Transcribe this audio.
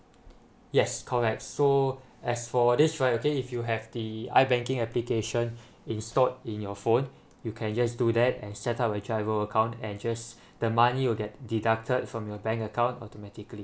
yes correct so as for this right okay if you have the I banking application installed in your phone you can just do that and set up a GIRO account and just the money will get deducted from your bank account automatically